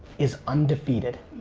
is undefeated.